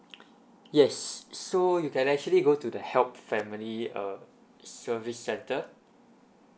yes so you can actually go to the help family uh service centre